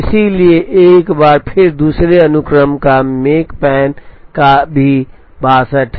इसलिए एक बार फिर दूसरे अनुक्रम का मेकपैन भी 62 है